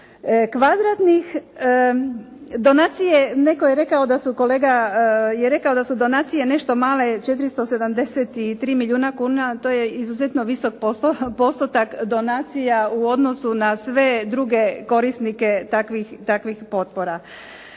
je rekao da su kolega je rekao da su donacije nešto male 473 milijuna kuna. To je izuzetno visok postotak donacija u odnosu na sve druge korisnike takvih potpora.